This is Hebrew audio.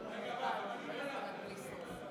נאמרו פה דברים מסוימים שמחייבים תגובה.